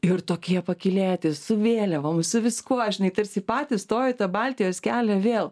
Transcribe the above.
ir tokie pakylėti su vėliavom su viskuo žinai tarsi patys stojo į tą baltijos kelią vėl